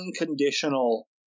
unconditional